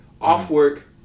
Off-work